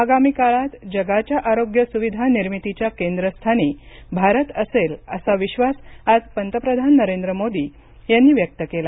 आगामी काळात जगाच्या आरोग्यसुविधा निर्मितीच्या केंद्रस्थानी भारत असेल असा विश्वास आज पंतप्रधान नरेंद्र मोदी यांनी व्यक्त केला